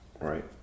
Right